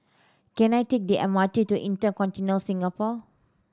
can I take the M R T to InterContinental Singapore